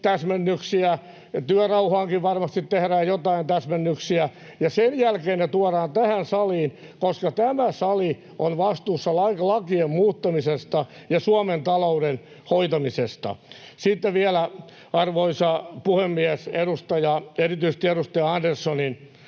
täsmennyksiä, ja työrauhaankin varmasti tehdään joitain täsmennyksiä — ja sen jälkeen ne tuodaan tähän saliin, koska tämä sali on vastuussa lakien muuttamisesta ja Suomen talouden hoitamisesta. Sitten vielä, arvoisa puhemies, erityisesti edustaja Anderssonin